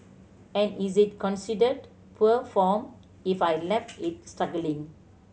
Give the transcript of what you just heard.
and is it considered poor form if I left it struggling